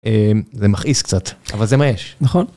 זה מכעיס קצת, אבל זה מה יש, נכון?